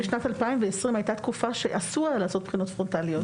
שבשנת 2020 הייתה תקופה שאסור היה לעשות בחינות פרונטליות.